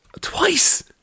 twice